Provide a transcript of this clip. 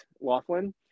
Laughlin